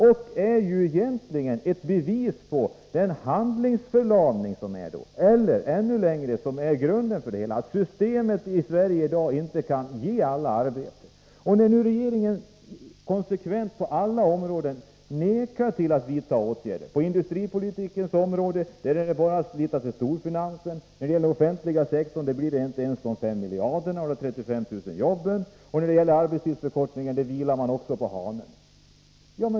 Det är egentligen ett bevis på handlingsförlamning, och det är det som är grunden till det hela, att systemet i Sverige i dag inte kan ge alla arbete, när regeringen nu konsekvent på alla områden vägrar att vidta åtgärder. På industripolitikens område är det bara att lita till storfinansen. När det gäller den offentliga sektorn får man inte ens de 5 miljarderna och de 35 000 jobben. När det gäller arbetstidsförkortningen vilar man också på hanen.